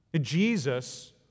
Jesus